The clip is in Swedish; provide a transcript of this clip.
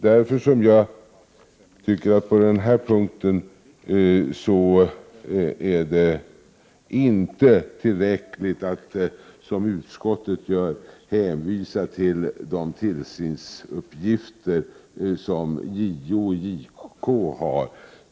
Därför tycker jag att det på den här punkten inte är tillräckligt att, som utskottet gör, hänvisa till de tillsynsuppgifter som JO och JK har.